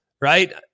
right